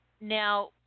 Now